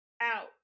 out